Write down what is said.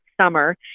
summer